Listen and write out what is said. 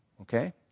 Okay